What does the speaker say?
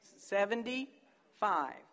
Seventy-five